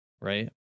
right